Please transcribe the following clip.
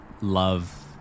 love